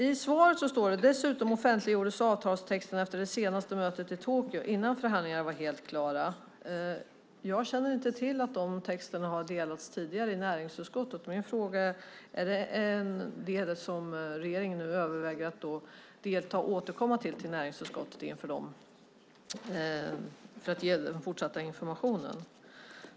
I svaret sägs: "Dessutom offentliggjordes avtalstexten efter det senaste mötet i Tokyo, innan förhandlingarna var helt klara." Jag känner inte till att de texterna har delats tidigare i näringsutskottet. Min fråga är: Är det en fråga som regeringen överväger att återkomma till i näringsutskottet för att ge den fortsatta informationen?